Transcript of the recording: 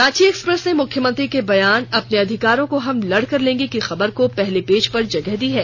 Ranchi express ने मुख्यमंत्री के बयान अपने अधिकारों को हम लड़कर लेंगे की खबर को पहले पेज पर जगह दी है